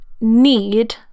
need